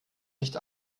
nicht